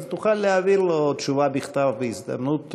אז תוכל להעביר לו תשובה בכתב בהזדמנות,